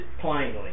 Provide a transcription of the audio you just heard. plainly